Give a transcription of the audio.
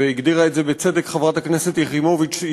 והגדירה את זה בצדק חברת הכנסת יחימוביץ,